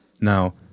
Now